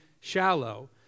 shallow